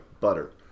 butter